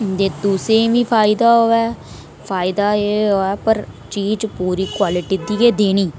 कि तुसें गी बी फायदा होऐ फायदा ऐ होऐ कि चीज़ अच्छी क्वालिटी उ'ऐ देनी